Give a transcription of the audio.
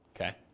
Okay